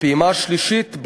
בפעימה השלישית,